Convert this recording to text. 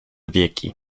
wieki